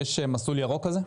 יש מסלול ירוק כזה?